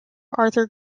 arthur